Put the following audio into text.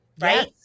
Right